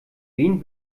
wen